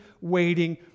waiting